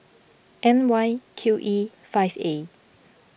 N Y Q E five A